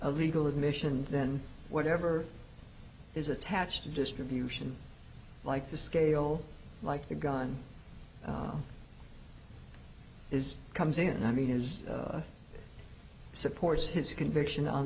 a legal admission then whatever is attached to distribution like the scale like the gun is comes in i mean is it supports his conviction on